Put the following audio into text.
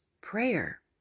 prayer